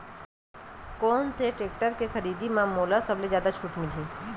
कोन से टेक्टर के खरीदी म मोला सबले जादा छुट मिलही?